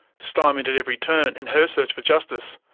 stymied at every turn in her search for justice,